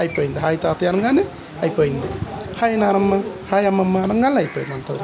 అయిపోయింది హాయి తాతయ్యా అనగానే అయిపోయింది హయి నానమ్మ హయ్ అమ్మమ్మని కానీ అయిపోయింది అంత